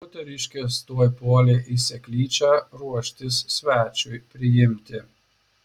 moteriškės tuoj puolė į seklyčią ruoštis svečiui priimti